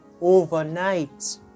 overnight